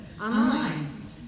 online